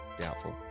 doubtful